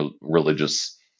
religious